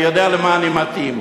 אני יודע למה אני מתאים.